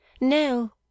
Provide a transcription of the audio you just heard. No